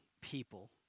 people